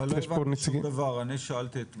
אבל לא הבנתי שום דבר, אני שאלתי את שמש,